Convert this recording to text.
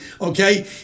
Okay